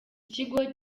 kigo